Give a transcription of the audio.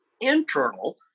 internal